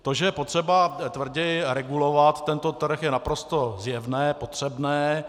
To, že je potřeba tvrději regulovat tento trh, je naprosto zjevné, potřebné.